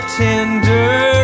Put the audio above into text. tender